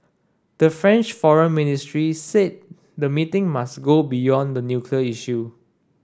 the French foreign ministry said the meeting must go beyond the nuclear issue